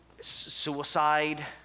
suicide